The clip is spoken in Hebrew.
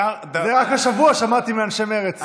את זה רק השבוע שמעתי מאנשי מרצ.